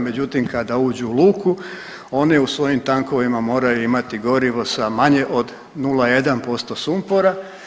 Međutim, kada uđu u luku one u svojim tankovima moraju imati gorivo sa manje od 0,1% sumpora.